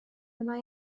mae